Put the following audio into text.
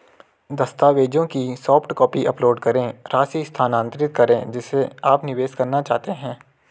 दस्तावेजों की soft copy upload करें, राशि स्थानांतरित करें जिसे आप निवेश करना चाहते हैं